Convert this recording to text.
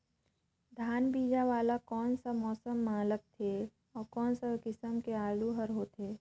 धान बीजा वाला कोन सा मौसम म लगथे अउ कोन सा किसम के आलू हर होथे?